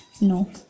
no